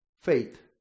faith